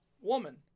woman